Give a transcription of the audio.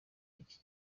iki